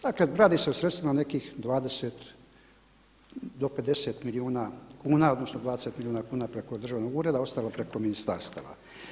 Dakle, radi se o sredstvima nekih 20 do 50 milijuna kuna, odnosno 20 milijuna kuna preko državnog ureda, ostalo preko ministarstava.